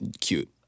cute